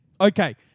Okay